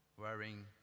wearing